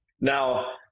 Now